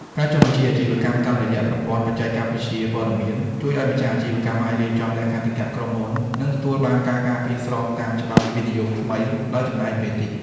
ការចុះបញ្ជីអាជីវកម្មតាមរយៈ ប្រព័ន្ធបច្ចេកវិទ្យាព័ត៌មាន ជួយឱ្យម្ចាស់អាជីវកម្មអាចរៀបចំ លក្ខន្តិកៈក្រុមហ៊ុន និងទទួលបានការការពារស្របតាមច្បាប់វិនិយោគថ្មីដោយចំណាយពេលតិច។